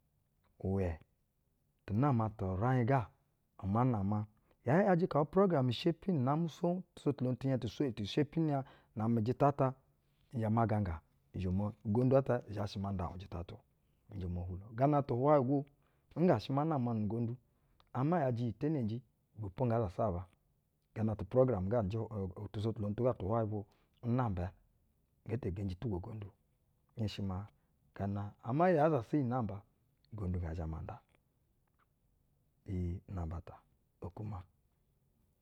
Uwɛ tu nama tu uraiŋ ga ama nama, yaa ‘yajɛ kaa upurogram nshepi namɛ sowuni tusotuloni ti nya ti su, ti shepi nya na-amɛ ujita ata, nzhɛ ma ganga, nzhɛ mo, ugondu ata nzhɛ shɛ ma nda uŋ jita ata, nzhɛ mo hwulo. Gana tu hwuwayɛ go, nga shɛ ma nama nu-ugondu, ama ‘yajɛ iyi tenenji, ibɛ po nga zasaba. Gana tu upurogram ga njɛ uu tusotulonu tuga tɛ hwuyɛ bwo, nnamba yɛ nge te genji tugwo ugondu. Nheshi maa gana, ama yaa zasa iyi namba, ugondu ngɛ zhɛ ma nda. Iyi inamba ta.